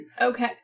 Okay